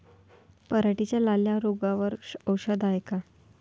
पराटीच्या लाल्या रोगावर औषध हाये का?